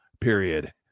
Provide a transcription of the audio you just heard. period